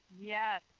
yes